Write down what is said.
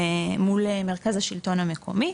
מול מרכז השלטון המקומי.